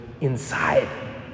inside